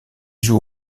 joue